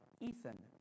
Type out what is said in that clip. Ethan